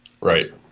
Right